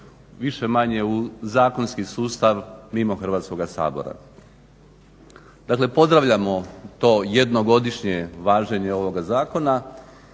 više-manje zakonski sustav mimo Hrvatskoga sabora. Dakle pozdravljamo to jednogodišnje važenje ovoga zakona